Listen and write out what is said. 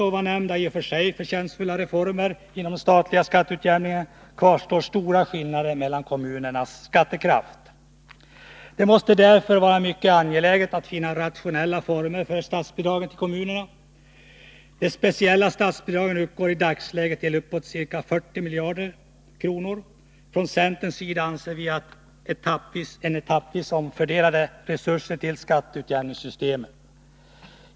Trots dessa i och för sig förtjänstfulla reformer inom den statliga skatteutjämningen kvarstår stora skillnader mellan kommunernas skattekraft. Det måste därför vara mycket angeläget att finna rationella former för statsbidragen till kommunerna. De speciella statsbidragen uppgår i dagsläget till uppåt ca 40 miljarder kronor. Centern anser att en etappvis omfördelning av resurser till skatteutjämningssystemet bör komma till stånd.